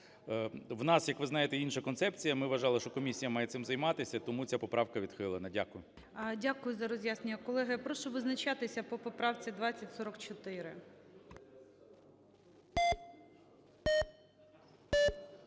В нас, як ви знаєте, інша концепція, ми вважали, що комісія має цим займатися, тому ця поправка відхилена. Дякую. ГОЛОВУЮЧИЙ. Дякую за роз'яснення. Колеги, я прошу визначатися по поправці 2044.